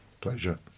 pleasure